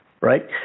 right